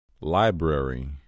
Library